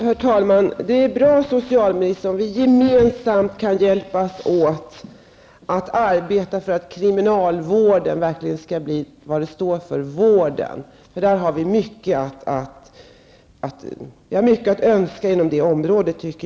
Herr talman! Det är bra, socialministern, om vi gemensamt kan hjälpas åt att arbeta för att kriminalvården verkligen blir vad namnet står för, nämligen vård. På det området har vi mycket att önska.